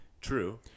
True